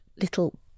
little